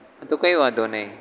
તો કંઈ વાંધો નહીં